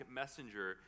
messenger